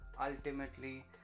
ultimately